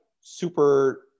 super